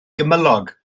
gymylog